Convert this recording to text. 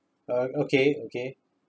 uh okay okay